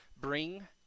bring